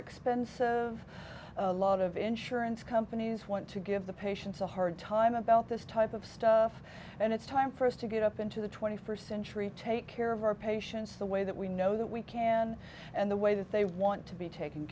expensive a lot of insurance companies want to give the patients a hard time about this type of stuff and it's time for us to get up into the twenty first century take care of our patients the way that we know that we can and the way that they want to be tak